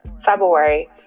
February